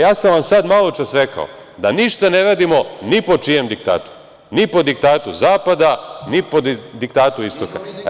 Ja sam vam sad maločas rekao da ništa ne radimo ni po čijem diktatu, ni po diktatu zapada, ni po diktatu istoka.